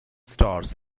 stars